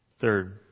Third